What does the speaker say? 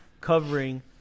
covering